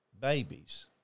babies